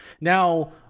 Now